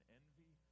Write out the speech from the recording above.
envy